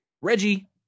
Reggie